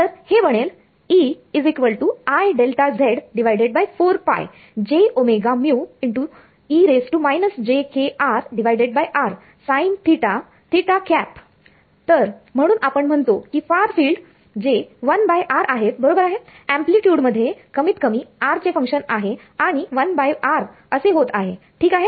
तर हे बनेल तर म्हणून आपण म्हणतो की फार फिल्ड जे 1r आहेत बरोबर आहे एम्प्लिट्युड मध्ये कमीत कमी r चे फंक्शन आहे आणि 1r असे होत आहे ठीक आहे